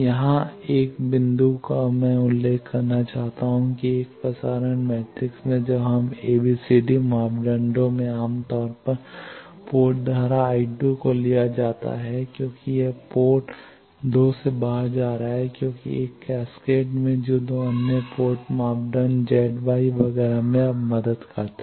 यहां 1 बिंदु मैं उल्लेख करना चाहता हूं कि एक प्रसारण मैट्रिक्स में जब हम ABCD मापदंडों में आमतौर पर पोर्ट धारा I2 को लिया जाता है क्योंकि यह पोर्ट 2 से बाहर जा रहा है क्योंकि एक कैस्केड में जो अन्य 2 पोर्ट मापदंड Z Y वगैरह में अब मदद करता है